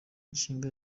ishinga